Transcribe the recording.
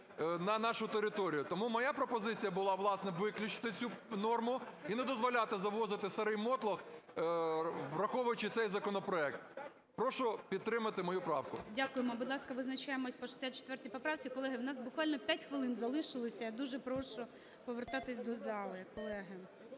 на нашу територію. Тому моя пропозиція була, власне, виключити норму і не дозволяти завозити старий мотлох, враховуючи цей законопроект. Прошу підтримати мою правку. ГОЛОВУЮЧИЙ. Дякую. Будь ласка, визначаємось по 64 поправці. Колеги, у нас буквально 5 хвилин залишилося. Я дуже прошу повертатись до зали,